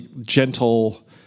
gentle